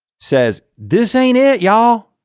says this ain't it y'all.